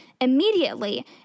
immediately